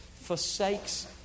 forsakes